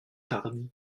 tardy